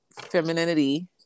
femininity